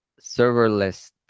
serverless